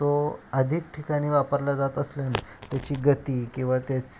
तो अधिक ठिकाणी वापरला जात असल्याने त्याची गती किंवा त्याचं